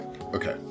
Okay